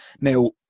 Now